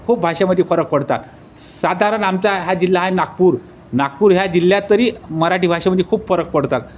खूप भाषेमध्ये फरक पडतात साधारण आमचा हा जिल्हा आहे नागपूर नागपूर ह्या जिल्ह्यात तरी मराठी भाषेमध्ये खूप फरक पडतात